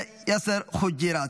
ויאסר חוג'יראת.